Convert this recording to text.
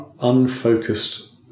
unfocused